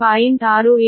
67 metre ಮತ್ತು 0